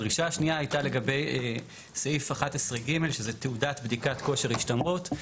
הדרישה השנייה הייתה לגבי סעיף 11(ג) שזה תעודת בדיקת כושר השתמרות.